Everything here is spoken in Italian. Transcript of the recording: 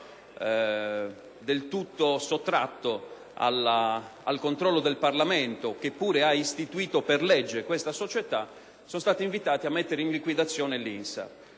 del tutto sottratto al controllo del Parlamento che pure ha istituito per legge tali società, esse sono state invitate a mettere in liquidazione l'INSAR.